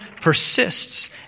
persists